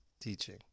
teaching